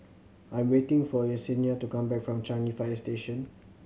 I'm waiting for Yessenia to come back from Changi Fire Station